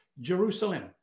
Jerusalem